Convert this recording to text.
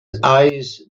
eyes